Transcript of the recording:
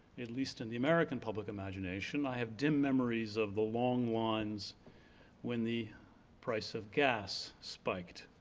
at least in the american public imagination. i have dim memories of the long lines when the price of gas spiked.